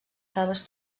selves